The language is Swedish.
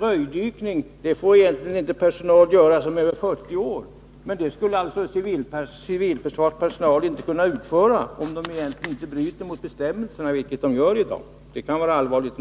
Röjdykning får exempelvis egentligen inte personal utföra som är över 40 år, och det skulle inte civilförsvaret få syssla med — om man inte bryter mot bestämmelserna, vilket man gör i dag. Jag vill nämna